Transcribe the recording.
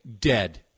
dead